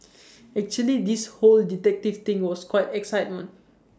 actually this whole detective thing was quite excitement